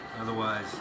otherwise